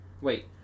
Wait